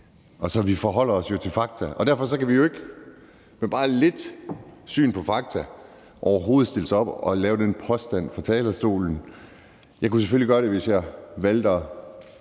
Vi forholder os til fakta, og derfor kan vi jo overhovedet ikke med bare lidt skelen til fakta stille os op og komme med den påstand fra talerstolen. Jeg kunne selvfølgelig gøre det, hvis jeg valgte